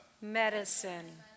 medicine